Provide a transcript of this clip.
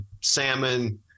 salmon